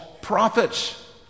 prophets